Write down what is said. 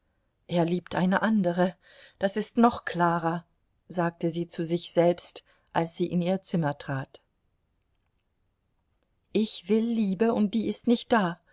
er liebt eine andere das ist noch klarer sagte sie zu sich selbst als sie in ihr zimmer trat ich will liebe und die ist nicht da